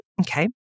Okay